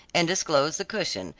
and disclosed the cushion,